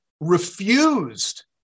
refused